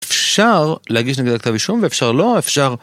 אפשר להגיש נגדו כתב אישום ואפשר לא אפשר